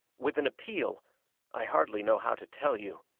with an appeal i hardly know how to tell you.